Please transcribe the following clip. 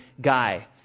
guy